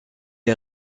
est